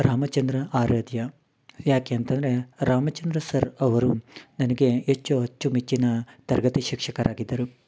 ರಾಮಚಂದ್ರ ಆರಾಧ್ಯ ಯಾಕೆ ಅಂತಂದರೆ ರಾಮಚಂದ್ರ ಸರ್ ಅವರು ನನಗೆ ಹೆಚ್ಚು ಅಚ್ಚುಮೆಚ್ಚಿನ ತರಗತಿ ಶಿಕ್ಷಕರಾಗಿದ್ದರು